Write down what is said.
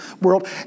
world